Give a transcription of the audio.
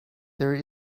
there